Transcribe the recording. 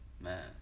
Man